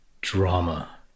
drama